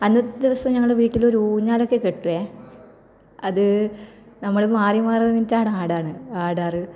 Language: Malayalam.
അന്നത്തെ ദിവസം ഞങ്ങളുടെ വീട്ടിലൊരു ഊഞ്ഞാലൊക്കെ കെട്ടുമേ അത് നമ്മൾ മാറി മാറി നിന്നിട്ടാണ് ആടാണ് ആടാറ്